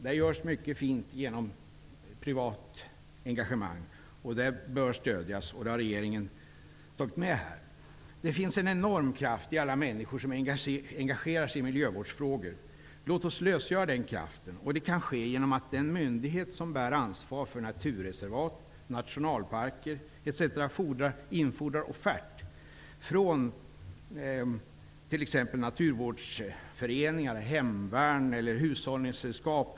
Där görs mycket bra genom privat engagemang. Det bör stödjas. Det har regeringen också tagit med. Det finns en enorm kraft i alla människor som engagerar sig i miljövårdsfrågor. Låt oss lösgöra den kraften. Det kan ske genom att den myndighet som bär ansvaret för naturreservat, nationalparker etc infordrar offert från t.ex. naturvårdsföreningar, hemvärn eller hushållningssällskap.